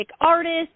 artists